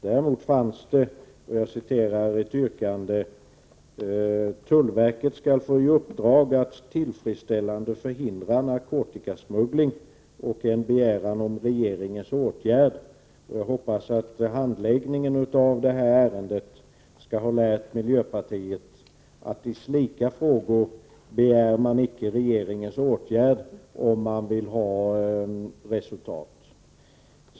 Däremot fanns ett yrkande som löd ”att riksdagen hos regeringen begär att tullverket får i uppdrag att tillfredsställande förhindra narkotikasmuggling”. Jag hoppas att handläggningen av detta ärende skall ha lärt miljöpartiet att i slika frågor begär man icke regeringens åtgärd om man vill ha resultat.